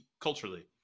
culturally